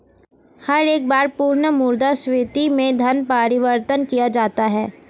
हर एक बार पुनः मुद्रा स्फीती में धन परिवर्तन किया जाता है